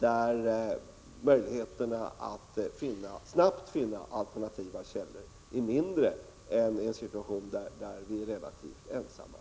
Då är ju möjligheterna att snabbt finna alternativa källor mindre än de skulle vara i en situation där vi är relativt ensamma.